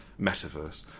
metaverse